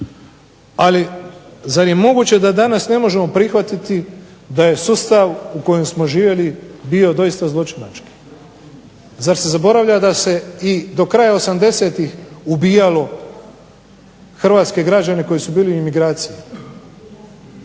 Ali zar je moguće da danas ne možemo prihvatiti da je sustav u kojem smo živjeli bio doista zločinački? Zar se zaboravlja da se i do kraja 80-ih ubijalo hrvatske građane koji su bili u imigraciji?